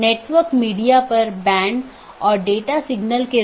दोनों संभव राउटर का विज्ञापन करते हैं और infeasible राउटर को वापस लेते हैं